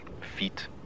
feet